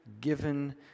Given